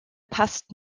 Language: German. passt